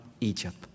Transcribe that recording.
Egypt